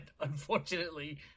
unfortunately